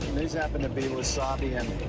these happen to be wasabi and